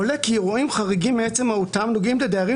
עולה כי אירועים חריגים מעצם מהותם נוגעים לדיירים